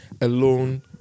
alone